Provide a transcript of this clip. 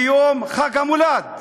ביום חג המולד.